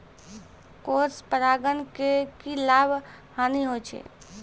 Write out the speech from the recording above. Cross परागण के की लाभ, हानि होय छै?